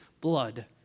blood